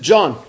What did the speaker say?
John